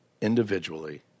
individually